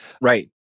Right